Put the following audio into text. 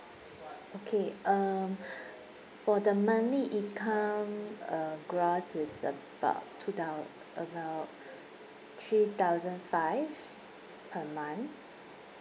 okay um for the monthly income uh gross it's about two thou~ about three thousand five per month